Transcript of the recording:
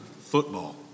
football